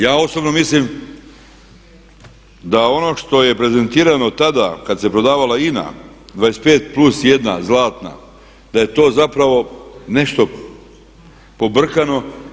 Ja osobno mislim da ono što je prezentirano tada, kada se prodavala INA 25+1 zlatna da je to zapravo nešto pobrkano.